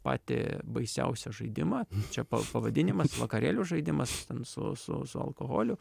patį baisiausią žaidimą čia pav pavadinimas vakarėlių žaidimas ten su su su alkoholiu